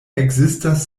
ekzistas